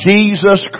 Jesus